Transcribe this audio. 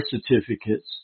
certificates